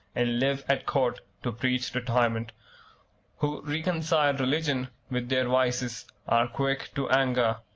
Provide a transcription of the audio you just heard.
and live at court to preach retirement who reconcile religion with their vices, are quick to anger,